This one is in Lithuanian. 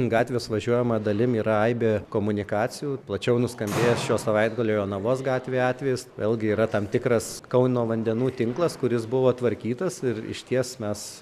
gatvės važiuojama dalim yra aibė komunikacijų plačiau nuskambėjęs šio savaitgalio jonavos gatvėj atvejis vėlgi yra tam tikras kauno vandenų tinklas kuris buvo tvarkytas ir išties mes